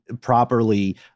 properly